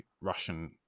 Russian